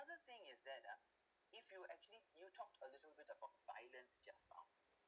thing is that ah if you actually you talked a little bit about violence just now